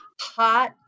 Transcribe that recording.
hot